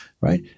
right